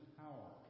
power